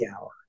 hour